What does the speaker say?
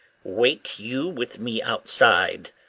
wait you with me outside,